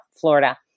Florida